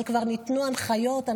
אבל כבר ניתנו הנחיות.